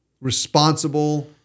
responsible